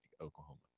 Oklahoma